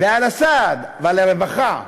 ועל הסעד ועל הרווחה,